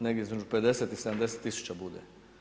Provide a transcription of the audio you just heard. Negdje između 50 i 70 tisuća bude.